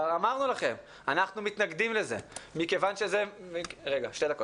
אמרנו לכם שאנחנו מתנגדים לזה מכיוון שזה מעוות.